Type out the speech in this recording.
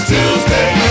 Tuesday